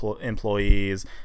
employees